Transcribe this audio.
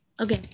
okay